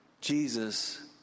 Jesus